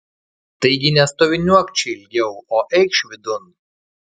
taigi nestoviniuok čia ilgiau o eikš vidun